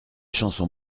chansons